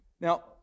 Now